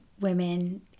women